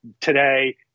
today